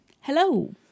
Hello